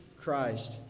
Christ